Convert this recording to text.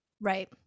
Right